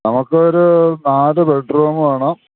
നമുക്കൊരു നാലു ബെഡ്രൂം വേണം